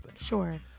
sure